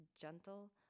gentle